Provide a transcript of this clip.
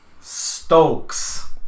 Stokes